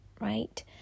right